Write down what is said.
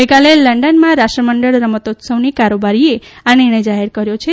ગઇકાલે લંડનમાં રાષ્ટ્રમંડળ રમતોત્સવની કારોબારીએ આ નિર્ણય જાહેર કર્યો છે